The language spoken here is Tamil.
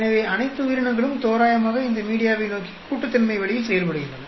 எனவே அனைத்து உயிரினங்களும் தோராயமாக இந்த மீடியாவை நோக்கி கூட்டுத்தன்மை வழியில் செயல்படுகின்றன